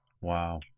Wow